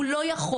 הוא לא יכול,